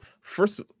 first